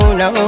no